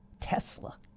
Tesla